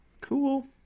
Cool